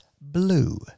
blue